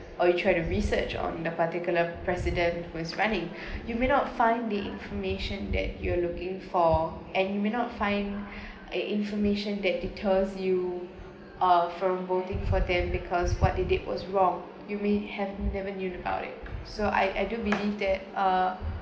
or you try to research on the particular president was running you may not find the information that you're looking for and you may not find a information that deters you uh from voting for them because what he did was wrong you may have never knew about it so I I do believe that uh